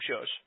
shows